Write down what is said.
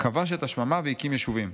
כבש את השממה והקים יישובים.